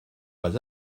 pas